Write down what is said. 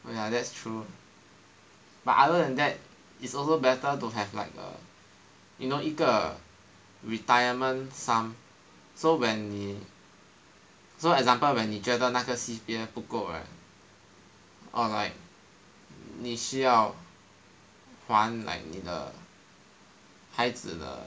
oh ya that's true but other than that it's also better to have like a you know 一个 retirement sum so when 你 so example when 你觉得那个 C_P_F 不够 right or like 你需要还 like 你的孩子的